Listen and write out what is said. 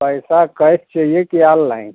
पैसा कल चाहिए कि ऑनलाइन